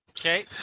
Okay